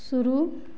शुरू